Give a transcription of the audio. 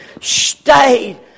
stayed